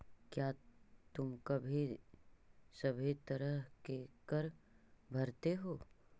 क्या तुम सभी तरह के कर भरते हो?